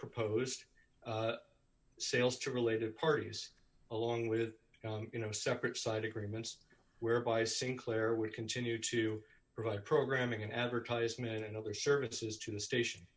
proposed sales to related parties along with you know separate side agreements whereby sinclair we continue to provide programming advertisement and other services to the station